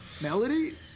Melody